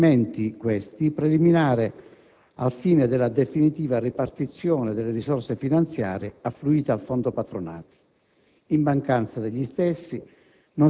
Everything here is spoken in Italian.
nonché l'attività svolta, adempimenti, questi, preliminari al fine della definitiva ripartizione dalle risorse finanziarie affluite al fondo patronati.